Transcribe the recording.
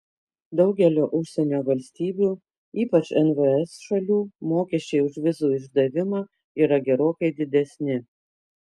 daugelio užsienio valstybių ypač nvs šalių mokesčiai už vizų išdavimą yra gerokai didesni